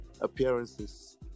appearances